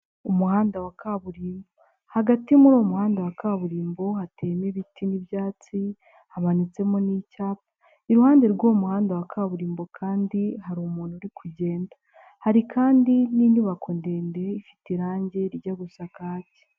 Umuhanda wa kaburimbo, hagati muri uwo muhanda wa kaburimbo, hateyemo ibiti n'ibyatsi hamanitsemo n'icyapa. Iruhande rw'umuhanda wa kaburimbo kandi, hari umuntu uri kugenda, hari kandi n'inyubako ndende ifite irangi ryo gusakake.